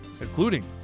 including